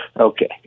Okay